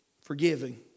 forgiving